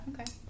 okay